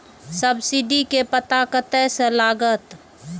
Subsidy के पता कतय से लागत?